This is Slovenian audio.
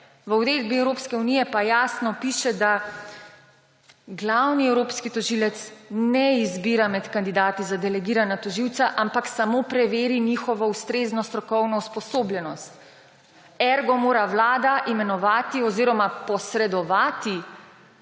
V uredbi Evropske unije pa jasno piše, da glavni evropski tožilec ne izbira med kandidati za delegirana tožilca, ampak samo preveri njihovo ustrezno strokovno usposobljenost. Ergo mora Vlada imenovati oziroma posredovati